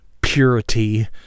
purity